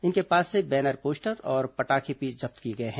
इनके पास से बैनर पोस्टर और पटाखे भी जब्त किए गए हैं